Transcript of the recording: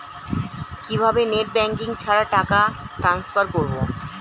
কিভাবে net banking ছাড়া টাকা টান্সফার করব?